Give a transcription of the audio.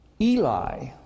Eli